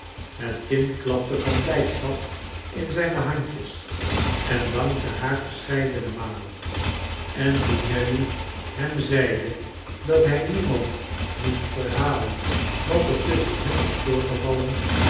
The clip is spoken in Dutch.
het kind klapte van blijdschap in zijne handjes en dankte haar verscheidene malen en toen nelly hem zeide dat hij niemand moest verhalen wat er tusschen hen was voorgevallen